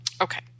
Okay